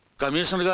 commissioner. yeah